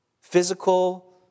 Physical